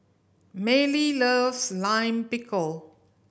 Mallie loves Lime Pickle